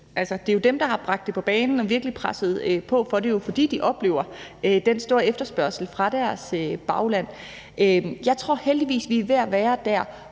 det er jo dem, der har bragt det på banen og virkelig presset på for det, fordi de oplever den store efterspørgsel fra deres bagland. Jeg tror heldigvis, vi er ved at være der,